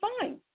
fine